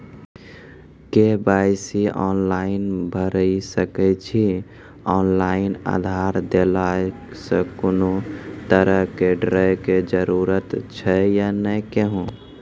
KYC online भैरि सकैत छी, ऑनलाइन आधार देलासॅ कुनू तरहक डरैक जरूरत छै या नै कहू?